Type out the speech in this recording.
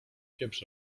pieprz